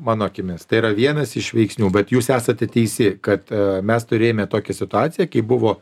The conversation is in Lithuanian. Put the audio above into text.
mano akimis tai yra vienas iš veiksnių bet jūs esate teisi kad mes turėjome tokią situaciją kai buvo